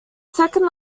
second